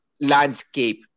landscape